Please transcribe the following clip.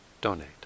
donate